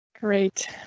Great